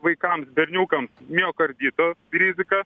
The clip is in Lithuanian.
vaikams berniukams miokardito rizika